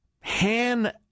Han